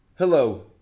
Hello